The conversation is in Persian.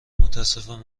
متاسفم